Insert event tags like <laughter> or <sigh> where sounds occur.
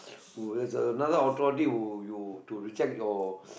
who has the another authority to to to reject your <breath>